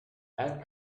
add